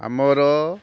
ଆମର